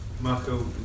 Marco